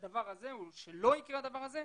לדבר הזה או שלא יקרה הדבר הזה,